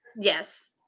Yes